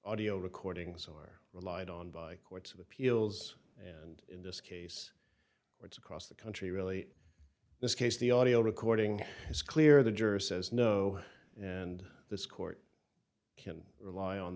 audio recordings are relied on by courts of appeals and in this case it's across the country really this case the audio recording is clear the juror says no and this court can rely on